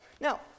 Now